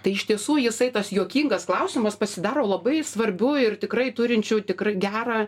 tai iš tiesų jisai tas juokingas klausimas pasidaro labai svarbiu ir tikrai turinčiu tikrai gerą